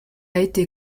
été